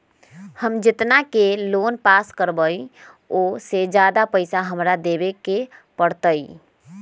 हम जितना के लोन पास कर बाबई ओ से ज्यादा पैसा हमरा देवे के पड़तई?